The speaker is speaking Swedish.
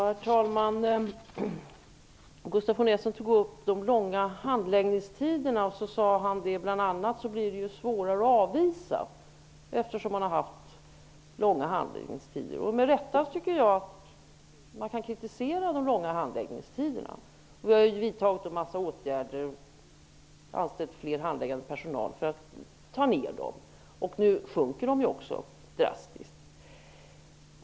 Herr talman! Gustaf von Essen tog upp frågan om de långa handläggningstiderna. Han sade bl.a. att det blir svårare att verkställa avvisningar på grund av de långa handläggningstiderna. Man kan med rätta kritisera de långa handläggningstiderna. Vi har vidtagit en mängd åtgärder, bl.a. anställt fler handläggare, för att kunna korta ned tiderna. Nu sjunker tiderna drastiskt.